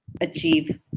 achieve